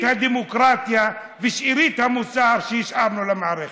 הדמוקרטיה ושארית המוסר שהשארנו למערכת.